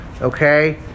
Okay